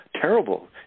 terrible